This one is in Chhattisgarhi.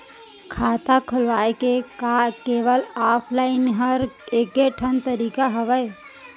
खाता खोलवाय के का केवल ऑफलाइन हर ऐकेठन तरीका हवय?